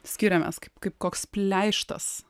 skiriamės kaip kaip koks pleištas